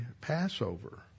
Passover